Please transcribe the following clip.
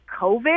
COVID